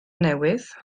newydd